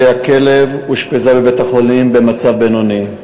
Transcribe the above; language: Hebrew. כלב ואושפזה בבית-חולים במצב בינוני.